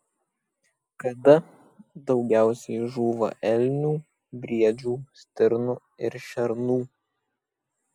kada daugiausiai žūva elnių briedžių stirnų ir šernų